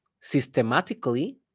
systematically